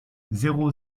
zéro